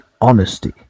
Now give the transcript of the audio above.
honesty